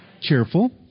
cheerful